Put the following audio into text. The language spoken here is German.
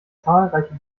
zahlreiche